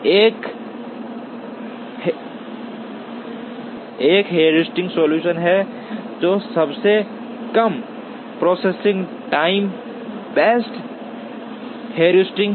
एक एक heuristic solution है जो सबसे कम प्रॉसेसिंग टाइम बेस्ड हेयुरिस्टिक है